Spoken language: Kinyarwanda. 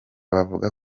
bavuga